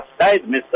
Mr